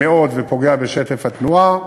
מאוד ופוגע בשטף התנועה.